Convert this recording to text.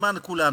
הזמן של כולנו.